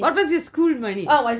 of course is cool money